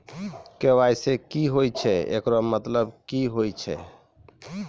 KYC की होय छै, एकरो मतलब की होय छै?